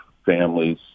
families